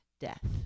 death